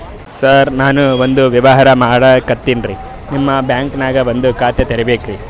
ಸರ ನಾನು ಒಂದು ವ್ಯವಹಾರ ಮಾಡಕತಿನ್ರಿ, ನಿಮ್ ಬ್ಯಾಂಕನಗ ಒಂದು ಖಾತ ತೆರಿಬೇಕ್ರಿ?